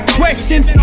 questions